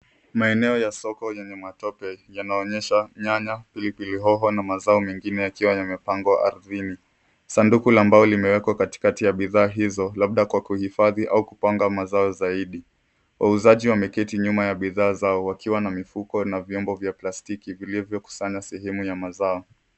Maeneo ya soko yenye matope yanaonyesha nyanya, pilipili hoho na mazao mengine yakiwa yamepangwa ardhini. Sanduku la mbao limewekwa katikati ya bidhaa hizo labda kwa kuhifadhi au kupanga mazao zaidi. Wauzaji wameketi nyuma ya bidhaa zao wakiwa na mifuko na vyombo vya plastiki vilivyokusanya sehemu ya mazao.